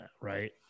right